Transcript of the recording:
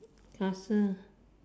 castle